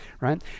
right